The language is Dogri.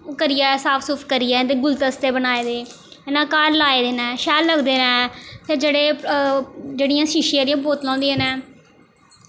करियै साफ सूफ करियै इं'दे गुलदस्ते बनाए दे है ना घर लाए दे न शैल लगदे न ते फिर जेह्ड़े जेह्ड़ियां शीशे आह्लियां बोतलां होंदियां न